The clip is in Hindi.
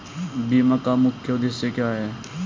बीमा का मुख्य उद्देश्य क्या है?